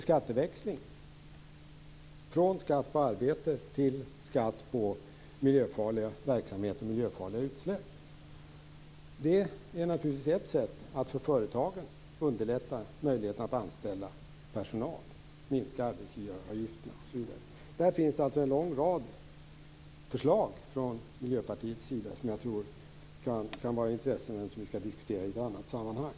Skatteväxling, från skatt på arbete till skatt på miljöfarliga verksamheter och miljöfarliga utsläpp, är naturligtvis ett sätt att underlätta för företagen att anställa personal. Man kan också sänka arbetsgivaravgifterna, osv. Där finns en lång rad förslag från Miljöpartiets sida som jag tror kan vara av intresse men som vi skall diskutera i ett annat sammanhang.